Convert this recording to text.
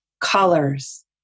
colors